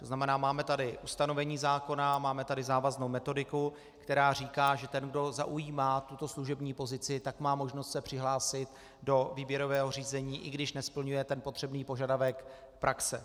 To znamená, máme tady ustanovení zákona, máme tady závaznou metodiku, která říká, že ten, kdo zaujímá tuto služební pozici, má možnost se přihlásit do výběrového řízení, i když nesplňuje ten potřebný požadavek praxe.